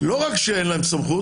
לא רק שאין להם סמכות,